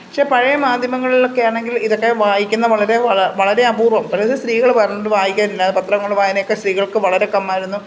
പക്ഷേ പഴയ മാധ്യമങ്ങളിലൊക്കെ ആണെങ്കിൽ ഇതൊക്കെ വായിക്കുന്ന വളരെ വളരെ അപൂർവ്വം അതായത് സ്ത്രീകൾ പണ്ട് വായിക്കാറില്ല പത്രങ്ങൾ വായന ഒക്കെ സ്ത്രീകൾക്ക് വളരെ കമ്മി ആയിരുന്നു